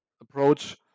approach